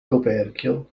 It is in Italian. coperchio